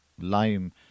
lime